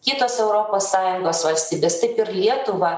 kitos europos sąjungos valstybės taip ir lietuva